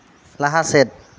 ᱞᱟᱦᱟ ᱥᱮᱫ